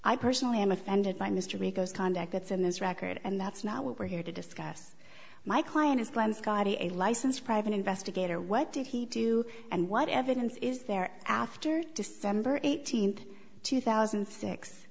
i personally am offended by mr rico's conduct that's in this record and that's not what we're here to discuss my client is glen scotty a licensed private investigator what did he do and what evidence is there after december eighteenth two thousand